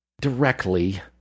directly